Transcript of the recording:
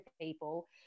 people